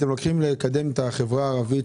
אתם לוקחים לקדם את החברה הערבית,